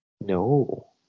no